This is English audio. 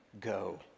go